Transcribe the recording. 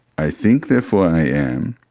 i think therefore i am,